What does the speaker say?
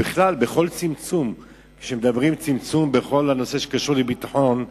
בכלל, כשמדברים על צמצום בכל הנושא שקשור לביטחון,